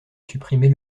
supprimer